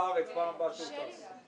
למה רק לחרדים היא דורשת?